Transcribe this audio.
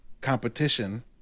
competition